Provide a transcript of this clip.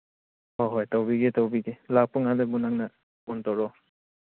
ꯍꯣꯏ ꯍꯣꯏ ꯇꯧꯕꯤꯒꯦ ꯇꯧꯕꯤꯒꯦ ꯂꯥꯛꯄ ꯀꯥꯟꯗꯕꯨ ꯅꯪꯅ ꯐꯣꯟ ꯇꯧꯔꯛꯑꯣ